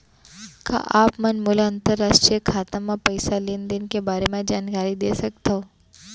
का आप मन मोला अंतरराष्ट्रीय खाता म पइसा लेन देन के बारे म जानकारी दे सकथव?